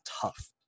tough